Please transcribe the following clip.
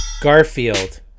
Garfield